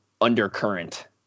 undercurrent